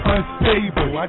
Unstable